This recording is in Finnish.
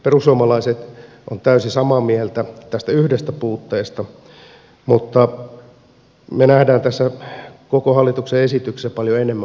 perussuomalaiset ovat täysin samaa mieltä tästä yhdestä puutteesta mutta me näemme tässä koko hallituksen esityksessä paljon enemmän puutteita kuin keskusta